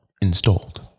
installed